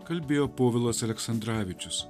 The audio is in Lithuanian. kalbėjo povilas aleksandravičius